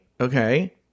Okay